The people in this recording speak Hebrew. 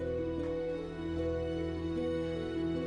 סרטון לא פשוט